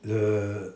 the